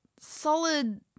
solid